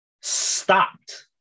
stopped